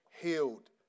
healed